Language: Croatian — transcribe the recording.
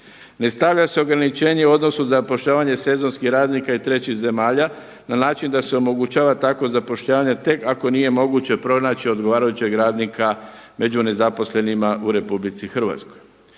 Ne stavlja se ograničenje u odnosu zapošljavanja sezonskih radnika i trećih zemalja na način se omogućava takvo zapošljavanje tek ako nije moguće pronaći odgovarajućeg radnika među nezaposlenima u RH. Ne utvrđuju